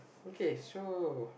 okay so